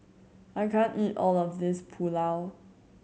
I can't eat all of this Pulao